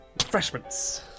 Refreshments